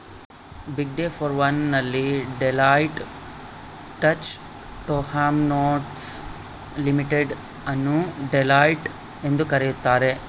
ಬಿಗ್ಡೆ four one ನಲ್ಲಿ Deloitte Touche Tohmatsu Limited ಅನ್ನು Deloitte ಎಂದು ಕರೆಯಲಾಗ್ತದ